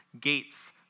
Gates